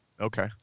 Okay